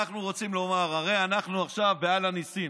אנחנו רוצים לומר, הרי אנחנו עכשיו ב"על הניסים".